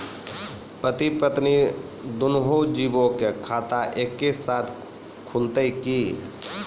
पति पत्नी दुनहु जीबो के खाता एक्के साथै खुलते की?